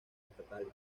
estatales